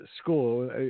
school